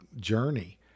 journey